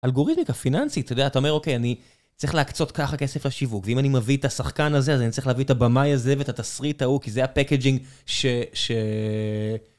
אלגוריתמיקה פיננסית, אתה יודע, אתה אומר, אוקיי, אני צריך להקצות ככה כסף לשיווק, ואם אני מביא את השחקן הזה, אז אני צריך להביא את הבמאי הזו ואת התסריטה הוא, כי זה הפקג'ינג ש...